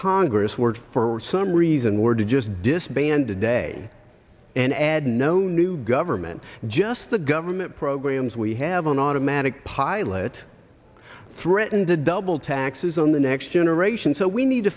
congress were for some reason or to just disband today and add no new government just the government programs we have on automatic pilot threatened to double taxes on the next generation so we need to